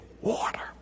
water